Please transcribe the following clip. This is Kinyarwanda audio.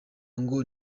ngo